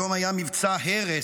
היום היה מבצע הרס,